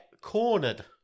cornered